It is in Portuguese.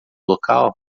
local